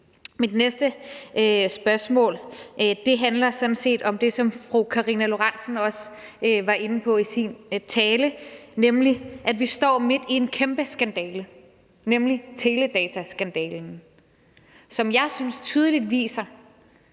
Mit næste spørgsmål handler sådan set om det, som fru Karina Lorentzen Dehnhardt også var inde på i sin tale, nemlig at vi står midt i en kæmpe skandale – teledataskandalen – som jeg synes tydeligt viser,